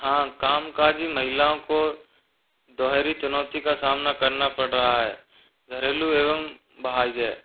हाँ कामकाजी महिलाओं को दोहरी चुनौती का सामना करना पड़ रहा है घरेलू एवं बहाय जय